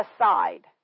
aside